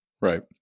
Right